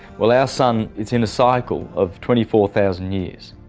well our sun it's in a cycle of twenty four thousand years,